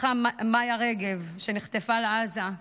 פתחה מיה רגב, שנחטפה לעזה.